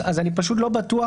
אני פשוט לא בטוח